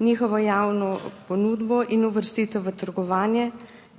njihovo javno ponudbo in uvrstitev v trgovanje,